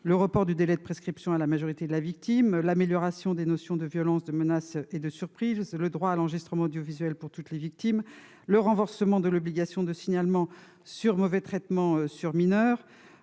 au report du délai de prescription à la majorité de la victime, à l'amélioration des notions de violence, de menace et de surprise, au droit à l'enregistrement audiovisuel pour toutes les victimes, au renforcement de l'obligation de signalement de mauvais traitements sur mineurs,